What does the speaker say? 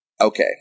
okay